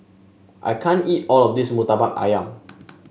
I can't eat all of this murtabak ayam